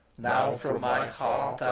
now from my heart,